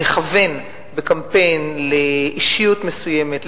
שלכוון בקמפיין לאישיות מסוימת,